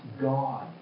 God